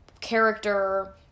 character